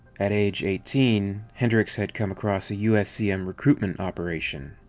at eighteen, hendricks had come across a uscm recruitment operation,